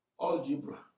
algebra